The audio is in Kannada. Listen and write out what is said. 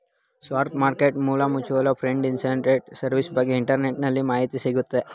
stock market mutual fund investment service ಬಗ್ಗೆ ಇಂಟರ್ನೆಟ್ಟಲ್ಲಿ ಮಾಹಿತಿ ಸಿಗುತ್ತೆ